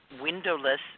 windowless